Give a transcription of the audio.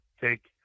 take